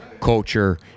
culture